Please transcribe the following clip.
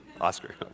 Oscar